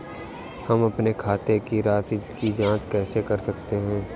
हम अपने खाते की राशि की जाँच कैसे कर सकते हैं?